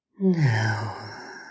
Now